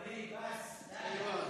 ואליד, בס, די,